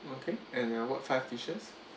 okay and uh what five dishes